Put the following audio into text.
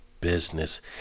business